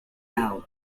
thou